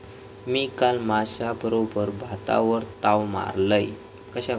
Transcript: मी काल माश्याबरोबर भातावर ताव मारलंय